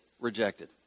rejected